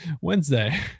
Wednesday